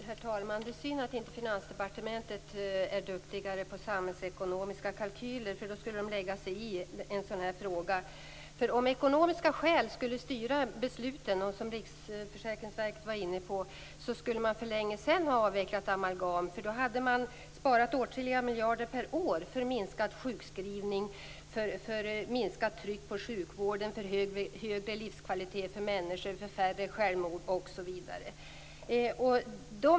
Herr talman! Det är synd att inte Finansdepartementet är duktigare på samhällsekonomiska kalkyler, för då skulle det lägga sig i en sådan här fråga. Om ekonomiska skäl skulle styra besluten, såsom Riksförsäkringsverket var inne på, skulle man för länge sedan ha avvecklat amalgam. Då hade man sparat åtskilliga miljarder per år på minskad sjukskrivning, minskat tryck på sjukvården, fått högre livskvalitet för människor, färre självmord osv.